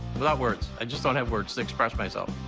without words. i just don't have words to express myself.